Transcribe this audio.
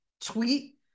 tweet